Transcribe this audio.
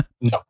No